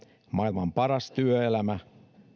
maailman paras työelämä